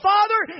Father